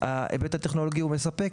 שההיבט הטכנולוגי הוא מספק,